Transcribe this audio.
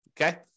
Okay